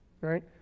right